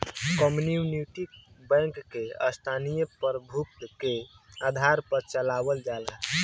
community bank के स्थानीय प्रभुत्व के आधार पर चलावल जाला